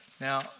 Now